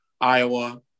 Iowa